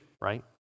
right